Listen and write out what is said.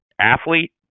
athlete